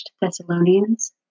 Thessalonians